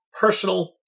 personal